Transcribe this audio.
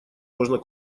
можно